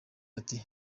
ati